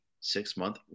six-month